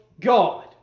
God